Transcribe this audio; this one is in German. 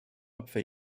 opfer